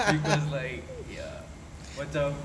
because like ya macam